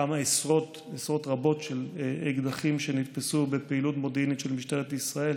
כמה עשרות רבות של אקדחים שנתפסו בפעילות מודיעינית של משטרת ישראל,